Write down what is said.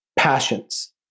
passions